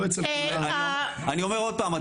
לא אצל כולם --- אני אומר עוד פעם,